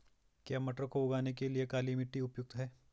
क्या मटर को उगाने के लिए काली मिट्टी उपयुक्त है?